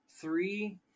three